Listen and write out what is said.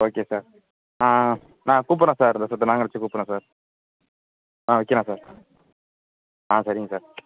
okay sir ஆ நான் கூப்பிட்றேன் சார் இந்தோ செத்த நேரம் கழிச்சி கூப்பிட்றேன் சார் ஆ வைக்கிறேன் சார் ஆ சரிங்க சார்